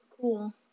Cool